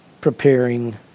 preparing